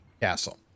castle